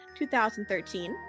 2013